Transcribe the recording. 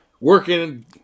working